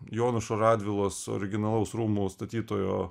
jonušo radvilos originalaus rūmų statytojo